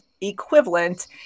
equivalent